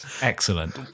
Excellent